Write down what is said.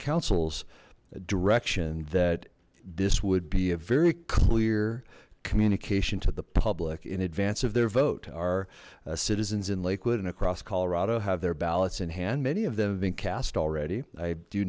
council's direction that this would be a very clear communication to the public in advance of their vote our citizens in lakewood and across colorado have their ballots in hand many of them have been cast already i do